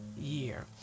year